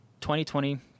2020